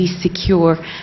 secure